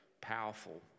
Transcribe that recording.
powerful